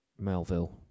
Melville